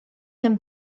him